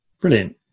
brilliant